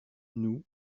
nous